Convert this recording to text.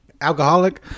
Alcoholic